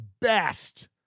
best